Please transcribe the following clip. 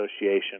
Association